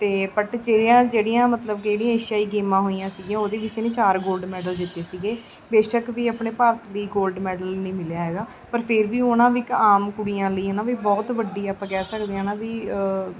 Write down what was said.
ਅਤੇ ਪਟ ਜਿਹੜੀਆਂ ਜਿਹੜੀਆਂ ਮਤਲਬ ਕੇ ਜਿਹੜੀਆਂ ਏਸ਼ਿਆਈ ਗੇਮਾਂ ਹੋਈਆਂ ਸੀਗੀਆਂ ਉਹਦੇ ਵਿੱਚ ਇਹਨੇ ਚਾਰ ਗੋਲਡ ਮੈਡਲ ਜਿੱਤੇ ਸੀਗੇ ਬੇਸ਼ੱਕ ਵੀ ਆਪਣੇ ਭਾਰਤ ਦਾ ਗੋਲਡ ਮੈਡਲ ਨਹੀਂ ਮਿਲਿਆ ਹੈਗਾ ਪਰ ਫਿਰ ਵੀ ਉਨ੍ਹਾਂ ਇੱਕ ਆਮ ਕੁੜੀਆਂ ਲਈ ਹੈ ਨਾ ਵੀ ਬਹੁਤ ਵੱਡੀ ਆਪਾਂ ਕਹਿ ਸਕਦੇ ਹਾਂ ਨਾ ਵੀ